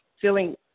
feeling